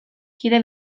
kide